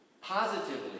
Positively